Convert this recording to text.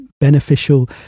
beneficial